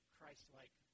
Christ-like